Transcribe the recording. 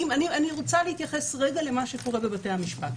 אני רוצה להתייחס רגע למה קורה בבתי המשפט.